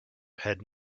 had